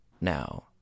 now